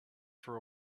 for